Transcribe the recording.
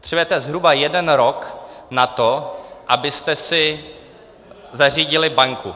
Potřebujete zhruba jeden rok na to, abyste si zařídili banku.